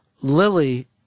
Lily